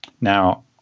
Now